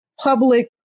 public